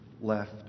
left